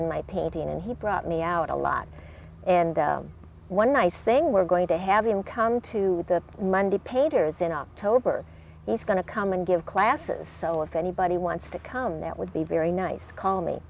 in my painting and he brought me out a lot and one nice thing we're going to have him come to the monday papers in october he's going to come and give classes so if anybody wants to come that would be very nice call me